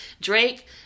Drake